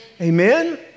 Amen